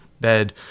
bed